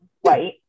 White